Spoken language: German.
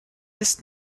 ist